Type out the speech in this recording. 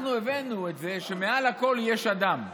אנחנו הבאנו את זה שמעל הכול יש אדם.